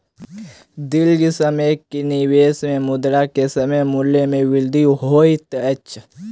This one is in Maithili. दीर्घ समय के निवेश में मुद्रा के समय मूल्य में वृद्धि होइत अछि